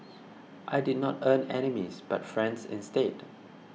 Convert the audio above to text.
I did not earn enemies but friends instead